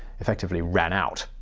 effectively ran out.